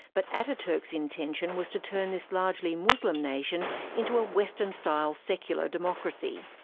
but ataturk's intention was to turn this largely muslim nation into a western-style secular democracy.